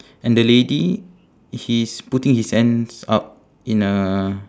and the lady he's putting his hands up in a